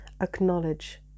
acknowledge